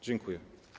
Dziękuję.